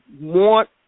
want